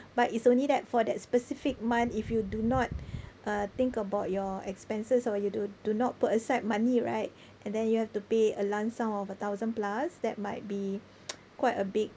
but it's only that for that specific month if you do not uh think about your expenses or you do do not put aside money right and then you have to pay a lump sum of a thousand plus that might be quite a big